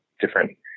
different